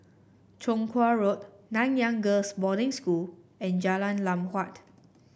Chong Kuo Road Nanyang Girls' Boarding School and Jalan Lam Huat